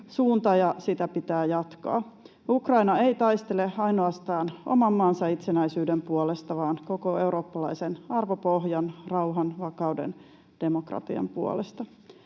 suunta, ja sitä pitää jatkaa. Ukraina ei taistele ainoastaan oman maansa itsenäisyyden puolesta, vaan koko eurooppalaisen arvopohjan, rauhan, vakauden, demokratian, puolesta.